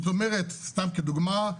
סתם כדוגמה,